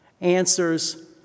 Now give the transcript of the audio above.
answers